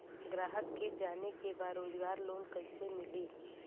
ग्राहक के जाने के बा रोजगार लोन कईसे मिली?